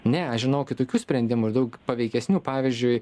ne aš žinau kitokių sprendimų ir daug paveikesniu pavyzdžiui